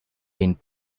been